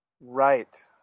Right